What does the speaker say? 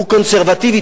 הוא קונסרבטיבי.